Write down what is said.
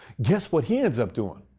guess what he ends up doing?